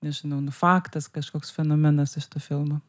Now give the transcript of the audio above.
nežinau nu faktas kažkoks fenomenas iš to filmo